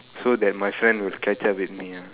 so that my friend would catch up with me ah